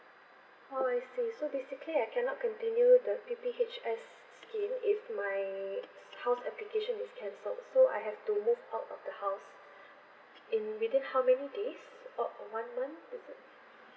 oh I see so basically I cannot continue the P_P_H_S scheme if my house application is cancelled so I have to move out of the house in within how many days about one month is it